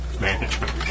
management